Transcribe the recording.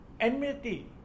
enmity